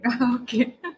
Okay